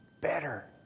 better